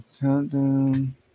Countdown